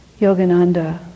Yogananda